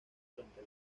durante